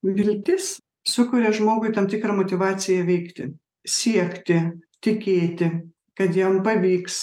viltis sukuria žmogui tam tikrą motyvaciją veikti siekti tikėti kad jam pavyks